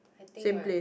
I think [right]